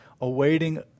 awaiting